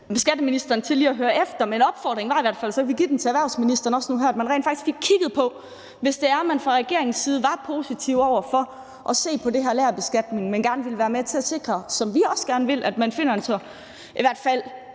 skatteministeren til lige at høre efter, men opfordringen var i hvert fald, og den kan vi så også komme med til erhvervsministeren nu her: Hvis man fra regeringens side er positiv over for at se på det her med lagerbeskatning, men gerne vil være med til at sikre, hvilket vi også gerne vil, at man finder en så provenuneutral